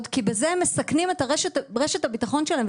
כי בזה הם מסכנים את רשת הביטחון שלהם.